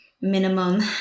minimum